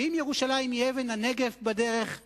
אם ירושלים היא אבן הנגף בדרך לשלום,